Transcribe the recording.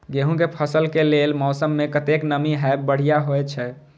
गेंहू के फसल के लेल मौसम में कतेक नमी हैब बढ़िया होए छै?